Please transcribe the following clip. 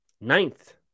Ninth